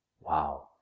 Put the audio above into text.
Wow